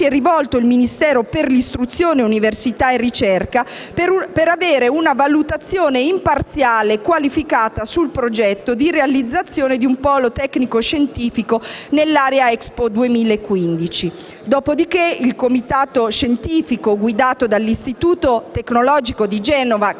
si è rivolto il Ministero dell'istruzione, dell'università e della ricerca per avere una valutazione imparziale e qualificata sul progetto di realizzazione di un polo tecnico‑scientifico nell'area Expo 2015. Il comitato scientifico è guidato dall'Istituto tecnologico di Genova, che